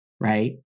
right